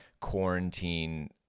quarantine